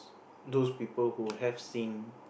those people who have seen